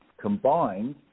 combined